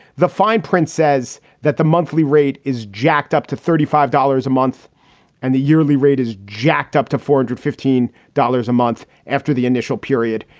the fine print says that the monthly rate is jacked up to thirty five dollars a month and the yearly rate is jacked up to four hundred fifteen dollars a month after the initial period.